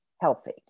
healthy